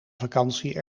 vakantie